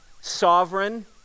sovereign